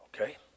Okay